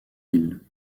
hill